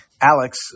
Alex